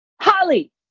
Holly